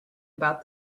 about